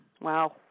Wow